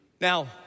Now